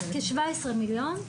כ-17 מיליון,